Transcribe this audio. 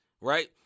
right